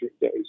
days